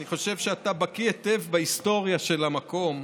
אני חושב שאתה בקי היטב בהיסטוריה של המקום,